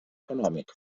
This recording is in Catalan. econòmic